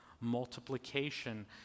multiplication